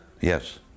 Yes